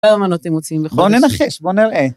כמה אמנות הם מוצאים בחודש. בואו ננחש, בואו נראה.